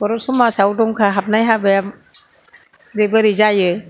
बर' समाजाव दंखा हाबनाय हाबाया बोरै बोरै जायो